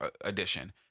edition